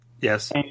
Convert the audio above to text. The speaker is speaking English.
Yes